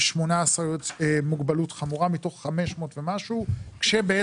יש 18 עם מוגבלות חמורה מתוך 500 ומשהו כשבעצם